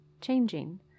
changing